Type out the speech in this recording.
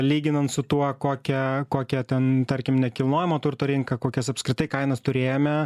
lyginant su tuo kokią kokią ten tarkim nekilnojamo turto rinka kokias apskritai kainas turėjome